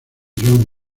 joan